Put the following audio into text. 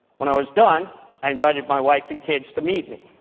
when i was done, i invited my wife and kids to meet me.